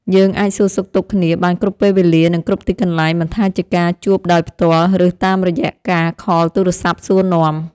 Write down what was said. យើងអាចសួរសុខទុក្ខគ្នាបានគ្រប់ពេលវេលានិងគ្រប់ទីកន្លែងមិនថាជាការជួបដោយផ្ទាល់ឬតាមរយៈការខលទូរស័ព្ទសួរនាំ។